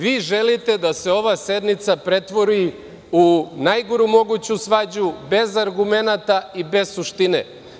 Vi želite da se ova sednica pretvori u najgoru moguću svađu, bez argumenata i bez suštine.